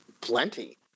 plenty